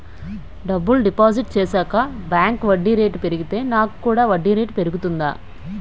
డబ్బులు డిపాజిట్ చేశాక బ్యాంక్ వడ్డీ రేటు పెరిగితే నాకు కూడా వడ్డీ రేటు పెరుగుతుందా?